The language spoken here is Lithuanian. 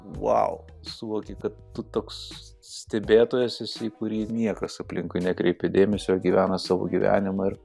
vau suvoki kad tu toks stebėtojas esi į kurį niekas aplinkui nekreipia dėmesio gyvena savo gyvenimą ir